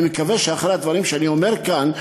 אני מקווה שאחרי הדברים שאני אומר כאן,